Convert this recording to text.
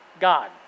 God